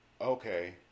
okay